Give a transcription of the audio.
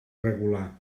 regular